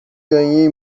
ganhei